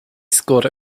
scored